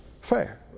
fair